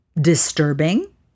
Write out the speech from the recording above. disturbing